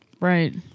right